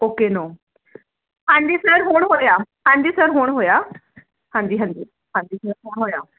okay no ਹਾਂਜੀ ਫਿਰ ਹੁਣ ਹੋਇਆ ਹਾਂਜੀ ਸਰ ਹੁਣ ਹੋਇਆ ਹਾਂਜੀ ਹਾਂਜੀ ਹਾਂਜੀ ਹੁਣ ਹੋਇਆ